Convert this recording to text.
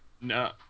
No